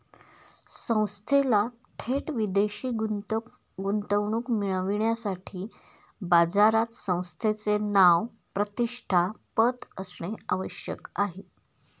संस्थेला थेट विदेशी गुंतवणूक मिळविण्यासाठी बाजारात संस्थेचे नाव, प्रतिष्ठा, पत असणे आवश्यक आहे